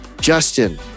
Justin